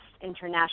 international